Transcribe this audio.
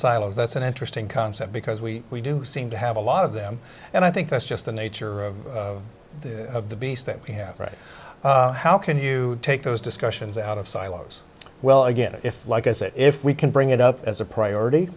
silos that's an interesting concept because we do seem to have a lot of them and i think that's just the nature of the beast that we have right how can you take those discussions out of silos well again if like i said if we can bring it up as a priority